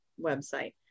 website